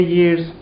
years